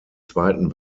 zweiten